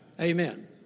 Amen